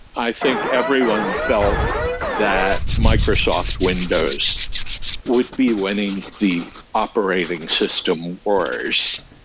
i think everyone felt that microsoft windows would be winning the operating system wars.